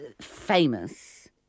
famous